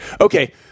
okay